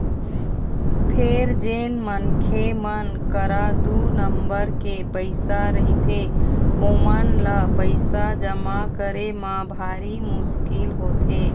फेर जेन मनखे मन करा दू नंबर के पइसा रहिथे ओमन ल पइसा जमा करे म भारी मुसकिल होथे